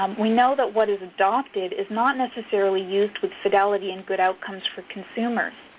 um we know that what is adopted is not necessarily used with fidelity and good outcomes for consumers